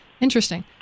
Interesting